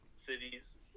cities